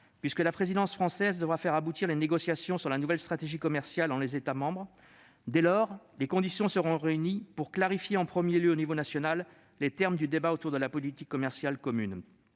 puisque la présidence française devra faire aboutir les négociations sur la nouvelle stratégie commerciale entre les États membres. Les conditions seront alors réunies pour clarifier en premier lieu au niveau national les termes du débat autour de la politique commerciale commune.